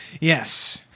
Yes